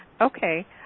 Okay